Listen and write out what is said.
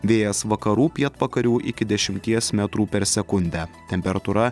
vėjas vakarų pietvakarių iki dešimties metrų per sekundę temperatūra